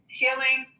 healing